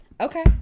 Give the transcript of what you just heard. Okay